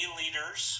leaders